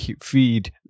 feed